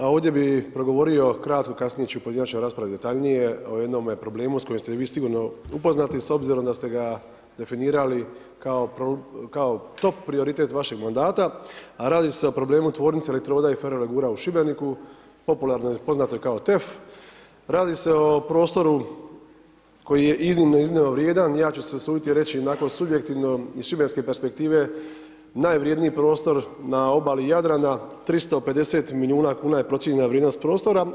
Ovdje bih progovorio kratko, kasnije ću u pojedinačnoj raspravi detaljnije o jednome problemu s kojim ste vi sigurno upoznati s obzirom da ste ga definirali kao top prioritet vašeg mandata a radi se o problemu tvornice elektroda i ferolegura u Šibeniku popularno poznatoj kao TEF, radi se o prostoru koji je iznimno, iznimno vrijedan i ja ću se usuditi reći onako subjektivno iz šibenske perspektive najvrjedniji prostor na obali Jadrana, 350 milijuna kuna je procijenjena vrijednost prostora.